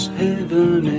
heaven